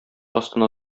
астына